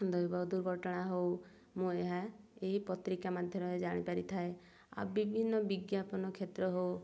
ଦୈବ ଦୁର୍ଘଟଣା ହଉ ମୁଁ ଏହା ଏହି ପତ୍ରିକା ମାଧ୍ୟମରେ ଜାଣିପାରିଥାଏ ଆଉ ବିଭିନ୍ନ ବିଜ୍ଞାପନ କ୍ଷେତ୍ର ହଉ